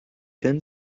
then